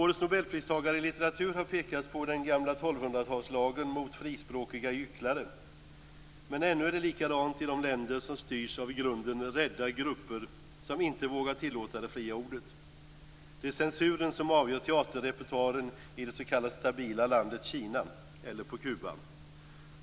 Årets nobelpristagare i litteratur har pekat på den gamla 1200-talslagen "mot frispråkiga gycklare". Men ännu är det likadant i de länder som styrs av i grunden rädda grupper som inte vågar tillåta det fria ordet. Det är censuren som avgör teaterrepertoaren i det s.k. stabila landet Kina eller på Kuba.